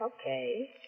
Okay